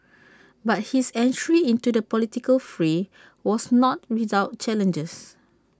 but his entry into the political fray was not without challenges